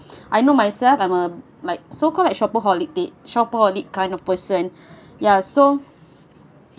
I know myself I'm a like so called like shopaholic date shopaholic kind of person ya so